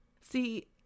See